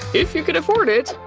if you can afford it,